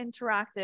interactive